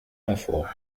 lafaure